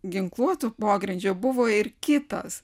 ginkluoto pogrindžio buvo ir kitas